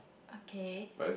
okay